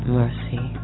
mercy